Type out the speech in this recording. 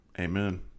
Amen